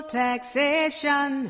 taxation